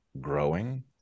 growing